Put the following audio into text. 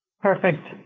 Perfect